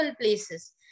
places